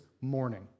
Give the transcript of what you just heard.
morning